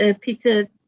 Peter